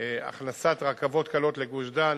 הכנסת רכבות קלות לגוש-דן.